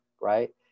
right